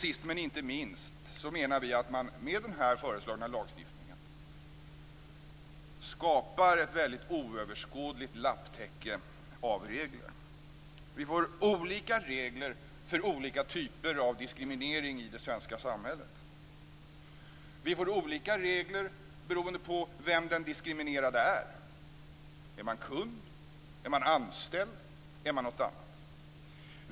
Sist men inte minst menar vi att man med den här föreslagna lagstiftningen skapar ett väldigt oöverskådligt lapptäcke av regler. Vi får olika regler för olika typer av diskriminering i det svenska samhället. Vi får olika regler beroende på vem den diskriminerade är - kung, anställd eller något annat.